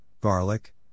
garlic